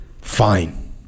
Fine